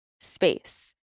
space